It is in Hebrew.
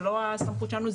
זה לא הסמכות שלנו,